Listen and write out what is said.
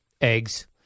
eggs